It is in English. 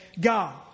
God